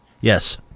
Yes